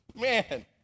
man